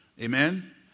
Amen